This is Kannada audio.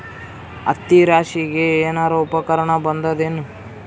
ಹತ್ತಿ ರಾಶಿಗಿ ಏನಾರು ಉಪಕರಣ ಬಂದದ ಏನು?